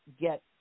get